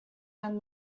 than